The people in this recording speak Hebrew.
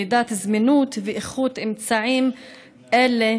למידת הזמינות והאיכות של אמצעים אלה,